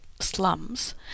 slums